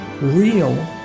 real